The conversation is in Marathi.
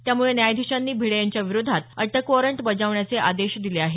त्यामुळे न्यायाधीशांनी भिडे यांच्या विरोधात अटक वॉरंट बजावण्याचे आदेश दिले आहेत